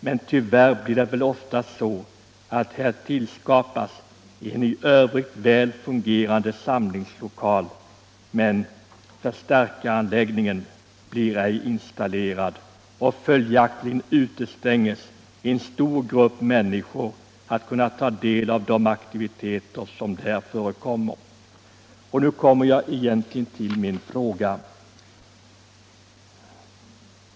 Men tyvärr blir det ofta så att man bygger en i övrigt väl fungerande samlingslokal men någon förstärkaranläggning installeras inte. Följaktligen utestängs en stor grupp människor från att ta del av de aktiviteter som där förekommer. Jag kommer nu till själva saken.